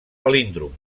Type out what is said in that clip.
palíndrom